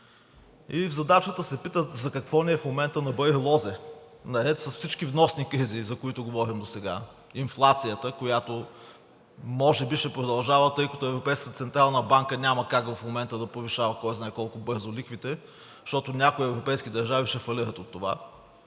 И в задачата се пита: за какво ни е в момента на баир лозе? Наред с всички вносни кризи, за които говорим досега – инфлацията, която може би ще продължава, тъй като Европейската централна банка няма как в момента да повишава кой знае колко бързо лихвите, защото някои европейски държави ще фалират от това;